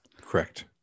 Correct